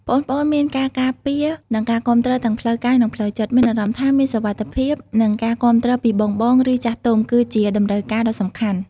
ប្អូនៗមានការការពារ និងការគាំទ្រទាំងផ្លូវកាយ និងផ្លូវចិត្ត មានអារម្មណ៍ថាមានសុវត្ថិភាព និងការគាំទ្រពីបងៗ ឬចាស់ទុំ គឺជា តម្រូវការដ៏សំខាន់។